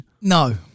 no